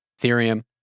Ethereum